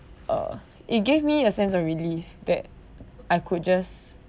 uh it gave me a sense of relief that I could just